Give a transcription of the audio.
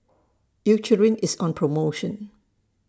Eucerin IS on promotion